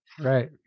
right